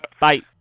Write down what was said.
Bye